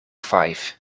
five